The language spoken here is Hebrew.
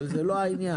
אבל זה לא העניין.